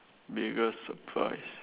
bigger surprise